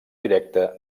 directe